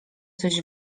coś